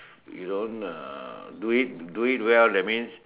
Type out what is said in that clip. you don't uh do it do it well that means